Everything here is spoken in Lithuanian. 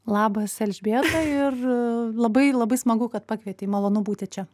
labas elžbieta ir labai labai smagu kad pakvietei malonu būti čia